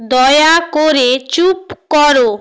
দয়া করে চুপ করো